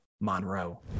Monroe